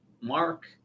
Mark